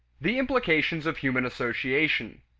the implications of human association.